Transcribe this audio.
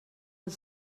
als